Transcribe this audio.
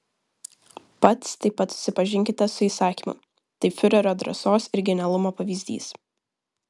pats taip pat susipažinkite su įsakymu tai fiurerio drąsos ir genialumo pavyzdys